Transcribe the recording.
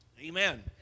Amen